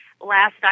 Last